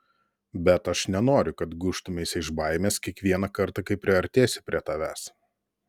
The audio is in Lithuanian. bet aš nenoriu kad gūžtumeisi iš baimės kiekvieną kartą kai priartėsiu prie tavęs